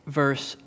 verse